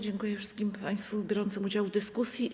Dziękuję wszystkim państwu biorącym udział w dyskusji.